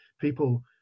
people